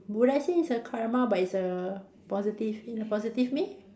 would I say is a Karma but its a positive in a positive way